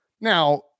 Now